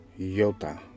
YOTA